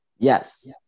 Yes